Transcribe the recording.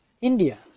India